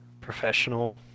Professional